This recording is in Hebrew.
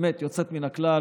באמת יוצאת מן הכלל,